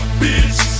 Bitch